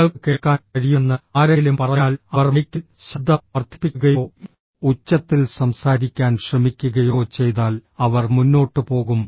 നിങ്ങൾക്ക് കേൾക്കാൻ കഴിയുമെന്ന് ആരെങ്കിലും പറഞ്ഞാൽ അവർ മൈക്കിൽ ശബ്ദം വർദ്ധിപ്പിക്കുകയോ ഉച്ചത്തിൽ സംസാരിക്കാൻ ശ്രമിക്കുകയോ ചെയ്താൽ അവർ മുന്നോട്ട് പോകും